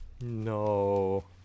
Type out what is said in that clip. No